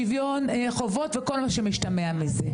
שוויון חובות וכל מה שמשתמע מזה,